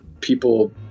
people